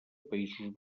països